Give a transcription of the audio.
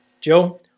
Joe